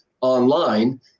online